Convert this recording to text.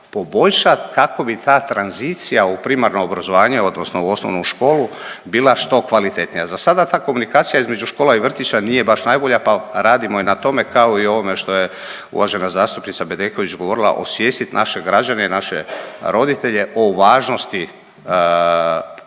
poboljšat kako bi ta tranzicija u primarno obrazovanje odnosno u osnovnu školu bila što kvalitetnija. Za sada ta komunikacija između škola i vrtića nije baš najbolja pa radimo i na tome kao i ovome što je uvažena zastupnica Bedeković govorila osvijestit naše građane i naše roditelje o važnosti